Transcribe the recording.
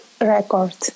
record